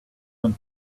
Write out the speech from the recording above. been